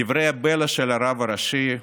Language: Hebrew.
דברי הבלע של הרב הראשי,